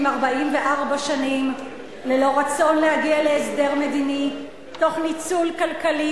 44 שנים ללא רצון להגיע להסדר מדיני תוך ניצול כלכלי